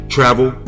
Travel